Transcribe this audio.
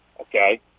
Okay